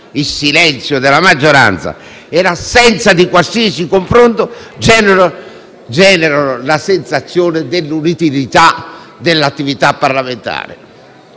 il silenzio della maggioranza e l'assenza di qualsiasi confronto generano la sensazione dell'inutilità dell'attività parlamentare.